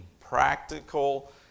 practical